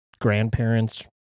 grandparents